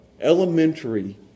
elementary